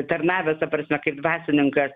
tarnavęs ta prasme kaip dvasininkas